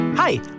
Hi